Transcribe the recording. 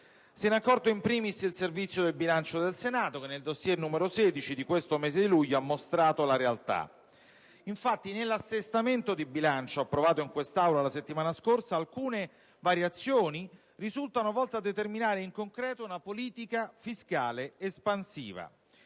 ne è accorto, *in primis*, il servizio del bilancio del Senato, che nel *dossier* n. 16 di questo mese di luglio ha mostrato la realtà. Infatti, nell'assestamento di bilancio approvato in questa Aula la settimana scorsa, alcune variazioni risultano volte a determinare, in concreto, una politica fiscale espansiva.